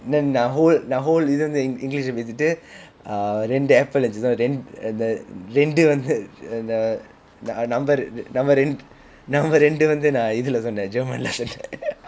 நான்:naan whole நான்:naan whole இது வந்து:ithu vanthu english இல்ல பேசிட்டு:illa pesittu uh இரண்டு:irandu apple இருந்துச்சு:irunthuchu so இரண்டு:irandu uh இரண்டு வந்து:irandu vanthu number நம்ம இரண்டு நம்ம இரண்டு வந்து நான் இதுல சொன்னேன்:namma irnadu namma irandu vanthu naan ithula sonen german இல்ல சொன்னேன்:illa sonen